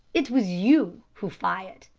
it was you who fired,